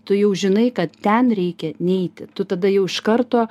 tu jau žinai kad ten reikia neiti tu tada jau iš karto